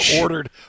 ordered